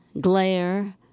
glare